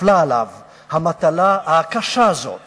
נפלה עליו המטלה הקשה הזאת